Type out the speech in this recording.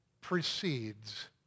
precedes